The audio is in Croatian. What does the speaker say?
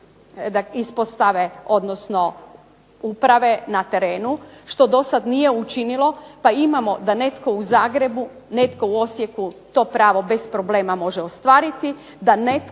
ispostave odnosno uprave na terenu što dosad nije učinilo. Pa imamo da netko u Zgrebu, netko u Osijeku to pravo bez problema može ostvariti, da netko